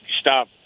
stop